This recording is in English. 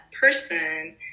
person